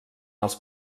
els